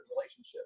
relationship